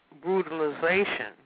brutalization